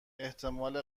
احتمال